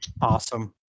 awesome